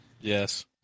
Yes